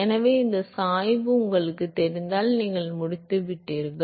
எனவே இந்த சாய்வு உங்களுக்குத் தெரிந்தால் நீங்கள் முடித்துவிட்டீர்கள்